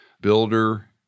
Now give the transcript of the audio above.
builder